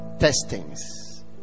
Testings